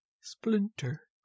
Splinter